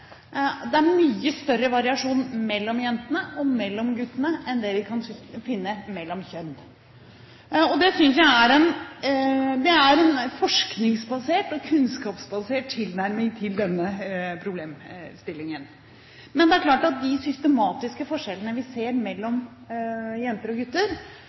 Det er mye større variasjon mellom jentene og mellom guttene enn det vi kan finne mellom kjønn. Det synes jeg er en forskningsbasert og kunnskapsbasert tilnærming til denne problemstillingen, men det er klart at vi ser systematiske forskjeller mellom jenter og gutter.